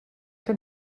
que